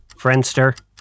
Friendster